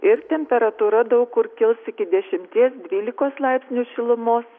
ir temperatūra daug kur kils iki dešimties dvylikos laipsnių šilumos